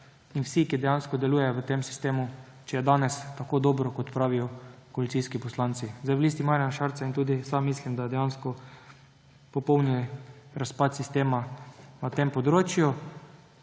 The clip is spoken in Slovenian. in vsi, ki dejansko delujejo v tem sistemu, če je danes tako dobro, kot pravijo koalicijski poslanci. V Listi Marjana Šarca in tudi sam mislim, da je popoln razpad sistema na tem področju,